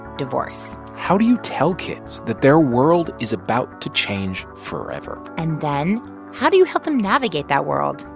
divorce? how do you tell kids that their world is about to change forever? and then how do you help them navigate that world?